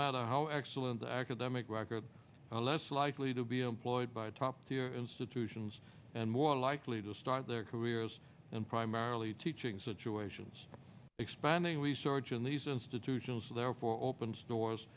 matter how excellent the academic records are less likely to be employed by a top tier institution and more likely to start their careers and primarily teaching situations expanding research in these institutions therefore opens doors